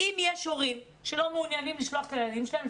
אם יש הורים שלא מעוניינים לשלוח את הילדים שלהם,